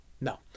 No